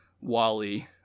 Wally